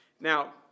Now